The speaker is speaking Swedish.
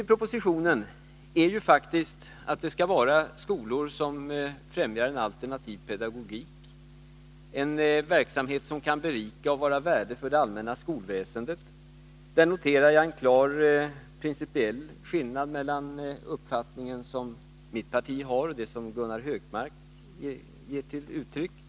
I propositionen sägs att det skall gälla skolor som främjar en alternativ pedagogik, en verksamhet som kan berika och vara av värde för det allmänna skolväsendet. Där noterar jag en klar principiell skillnad mellan den uppfattning som mitt parti har och den som Gunnar Hökmark gett uttryck för.